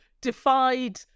defied